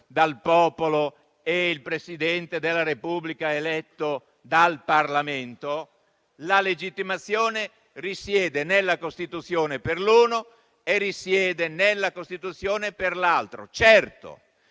il Presidente della Repubblica eletto dal Parlamento? La legittimazione risiede nella Costituzione per l'uno e risiede nella Costituzione per l'altro. Certo,